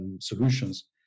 solutions